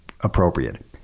appropriate